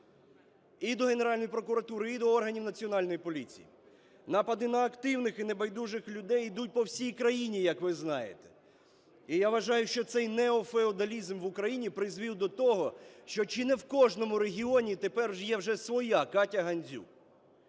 і до Генеральної прокуратури, і до органів Національної поліції. Напади на активних і небайдужих людей йдуть по всій країні, як ви знаєте. І я вважаю, що цей неофеодалізм в Україні призвів до того, що чи не в кожному регіоні тепер є вже своя Катя Гандзюк.